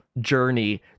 Journey